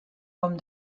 com